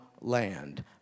land